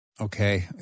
Okay